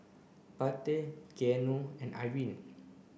Pate Keanu and Irine